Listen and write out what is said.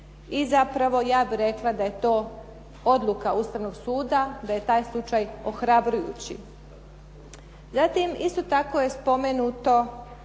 i zapravo ja bih rekla da je to odluka Ustavnog suda da je taj slučaj ohrabrujući.